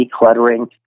decluttering